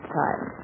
time